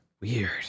Weird